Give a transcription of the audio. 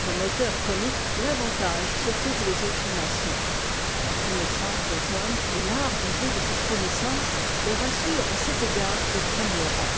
comme auteurs comiques l'avantage sur toutes les autres nations la connaissance des hommes et l'art d'user de cette connaissance leur assure à cet égard le premier rang